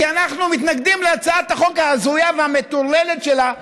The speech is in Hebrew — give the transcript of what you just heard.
כי אנחנו מתנגדים להצעת החוק ההזויה והמטורללת שלה,